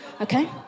okay